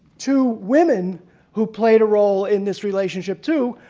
two women who played a role in this relationship too,